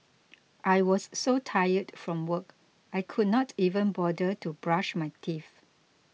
I was so tired from work I could not even bother to brush my teeth